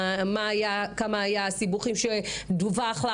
מה הסיבוכים שדווחו,